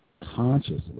consciously